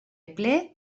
ple